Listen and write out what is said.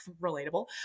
relatable